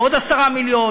ועוד 10 מיליון,